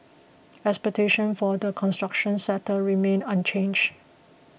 expectation for the construction sector remain unchanged